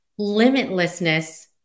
limitlessness